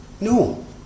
No